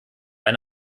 eine